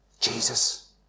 Jesus